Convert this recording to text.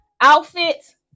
outfits